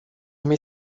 uma